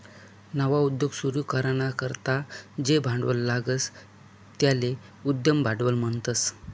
नवा उद्योग सुरू कराना करता जे भांडवल लागस त्याले उद्यम भांडवल म्हणतस